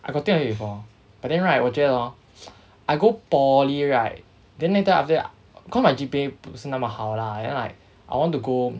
I got think of it before but then right 我觉得 hor I go poly right then later after that cause my G_P_A 不是那么好啦 then like I want to go